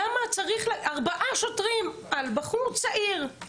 למה צריך ארבעה שוטרים על בחור צעיר?